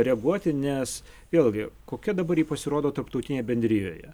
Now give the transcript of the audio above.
reaguoti nes vėlgi kokia dabar ji pasirodo tarptautinėj bendrijoje